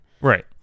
right